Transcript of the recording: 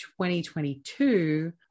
2022